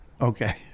Okay